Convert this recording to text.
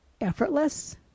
effortless